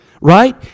Right